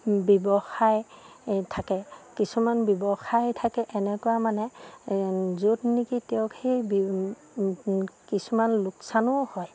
ব্যৱসায় এই থাকে কিছুমান ব্যৱসায় থাকে এনেকুৱা মানে য'ত নেকি তেওঁক সেই কিছুমান লোকচানো হয়